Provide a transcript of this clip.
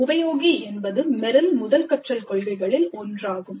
உபயோகி என்பது மெரில் முதல் கற்றல் கொள்கைகளில் ஒன்றாகும்